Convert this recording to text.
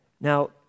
Now